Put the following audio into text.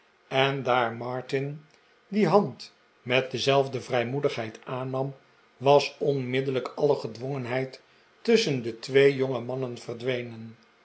en daar martin die hand met dezelfde vrijmoedigheid aannam was onmiddellijk alle gedwongenheid tusschen de twee jongemannen verdwenen